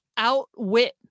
outwit